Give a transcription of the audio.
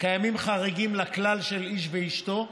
קיימים חריגים לכלל של "איש ואשתו",